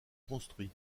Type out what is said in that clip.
construit